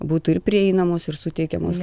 būtų ir prieinamos ir suteikiamos